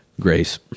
Grace